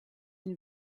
une